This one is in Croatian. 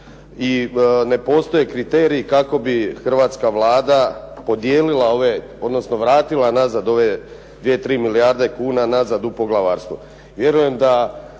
I ne postoje kriteriji kako bi hrvatska Vlada podijelila ove, odnosno vratila ove dvije, tri milijarde kuna nazad u poglavarstvo.